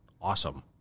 awesome